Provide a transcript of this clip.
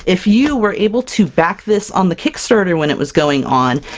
if you were able to back this on the kickstarter when it was going on,